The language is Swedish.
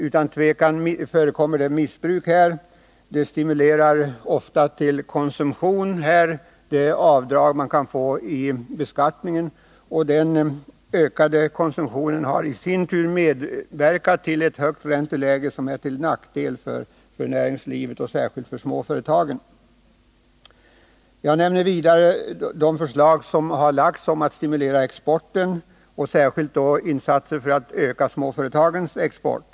Utan tvivel förekommer missbruk på detta område. De ränteavdrag man kan få i beskattningen stimulerar ofta tillkonsumtion. Den ökade konsumtionen medverkar i sin tur till efterfrågan på kapital, och detta driver upp räntenivån Detta är till nackdel för näringslivet och då särskilt för småföretagen. Jag nämner vidare de förslag som har lagts fram om att stimulera exporten, särskilt insatserna för att öka småföretagens export.